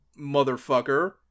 motherfucker